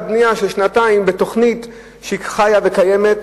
בנייה של שנתיים בתוכנית שהיא חיה וקיימת,